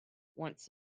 once